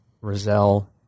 Roselle